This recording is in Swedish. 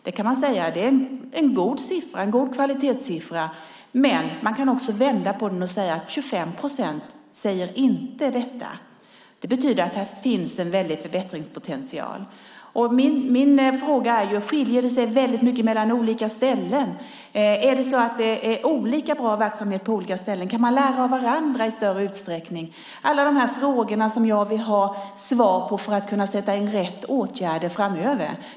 Det kan man säga är en god kvalitetssiffra. Men man kan vända på det och säga att 25 procent inte säger detta. Det betyder att här finns en väldig förbättringspotential. Min fråga är: Skiljer det sig mycket mellan olika ställen? Är det olika bra verksamhet på olika ställen? Kan man lära av varandra i större utsträckning? Det är frågor som jag vill ha svar på för att kunna sätta in rätt åtgärder framöver.